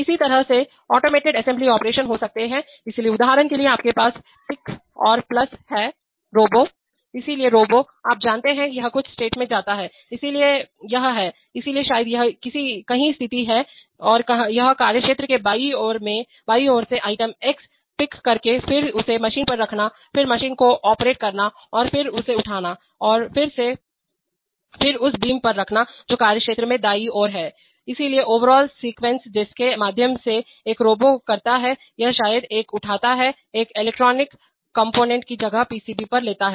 इसी तरह से ऑटोमेटेड असेंबली ऑपरेशन हो सकते हैं इसलिए उदाहरण के लिए आपके पास एक पिक और प्लेस है रोबो इसलिए रोबो आप जानते हैं यह कुछ स्टेट में जाता है इसलिए यह है इसलिए शायद यह कहीं स्थित है और यह कार्यक्षेत्र के बायीं ओर से आइटम X पिक करके फिर उसे मशीन पर रखना फिर मशीन को ऑपरेट करना और फिर उसे उठाना फिर और फिर उस बीम पर रखना जो कार्यक्षेत्र के दाईं ओर है इसलिए ओवराल सीक्वेंस जिसके माध्यम से एक रोबो करता है या शायद एक उठाता है एक इलेक्ट्रॉनिक कंपोनेंट की जगह पीसीबी पर लेता है